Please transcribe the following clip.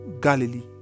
Galilee